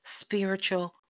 Spiritual